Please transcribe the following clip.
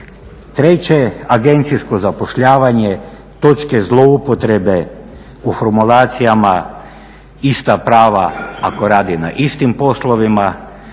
Treće, agencijsko zapošljavanje, točke zloupotrebe u formulacijama, ista prava ako rade na istim poslovima